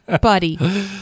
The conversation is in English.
Buddy